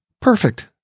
Perfect